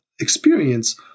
experience